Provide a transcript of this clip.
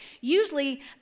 usually